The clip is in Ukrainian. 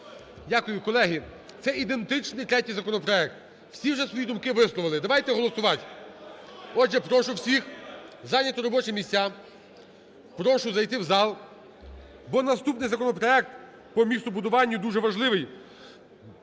Дякую. Колеги, це ідентичний третій законопроект. Всі вже свої думки висловили, давайте голосувати. Отже, прошу всіх зайняти робочі місця, прошу зайти в зал, бо наступний законопроект по містобудуванню дуже важливий